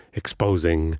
exposing